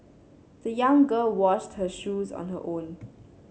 the young girl washed her shoes on her own